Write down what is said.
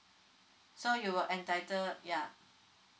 so you will entitle ya